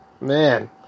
Man